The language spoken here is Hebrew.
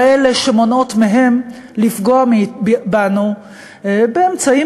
כאלה שמונעות מהם לפגוע בנו באמצעים